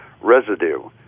residue